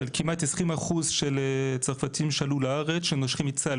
של כמעט 20% של צרפתים שעלו לארץ שנושרים מצה"ל,